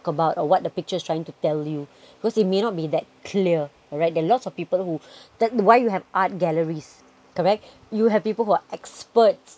about what the picture is trying to tell you because it may not be that clear alright there's a lots of people who that's why you have art galleries correct you have people who are experts